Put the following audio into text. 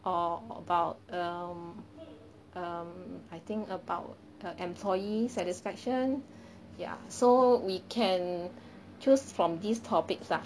or about um um I think about the employee satisfaction ya so we can choose from these topics ah